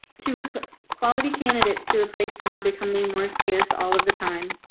to replace quality candidates to replace them are becoming more scarce all of the time.